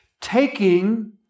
taking